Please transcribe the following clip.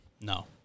No